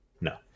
No